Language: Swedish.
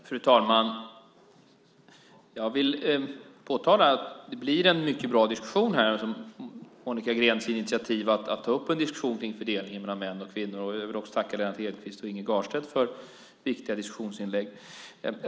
Fru talman! Jag vill påtala att det blir en mycket bra diskussion till följd av Monica Greens initiativ att ta upp en diskussion om fördelningen mellan män och kvinnor. Jag vill också tacka Lennart Hedquist och Inge Garstedt för viktiga diskussionsinlägg.